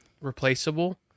replaceable